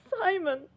Simon